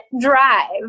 Drive